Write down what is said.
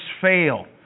fail